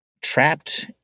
trapped